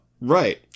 Right